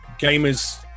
gamers